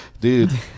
Dude